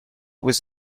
was